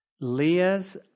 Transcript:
Leah's